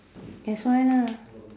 that's why lah